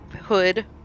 Hood